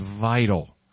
vital